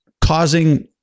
causing